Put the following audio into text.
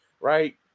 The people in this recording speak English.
right